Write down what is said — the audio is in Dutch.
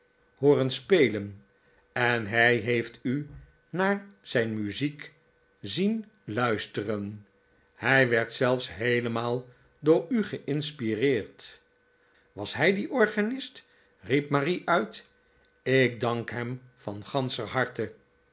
hooren spelen en hij heeft u naar zijn muziek zien luisteren hij werd zelfs heelemaal door u geiinspireerd was hij die organist riep marie uit ik dank hem van ganscher harte